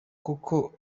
koko